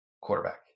quarterback